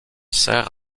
sert